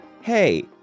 Hey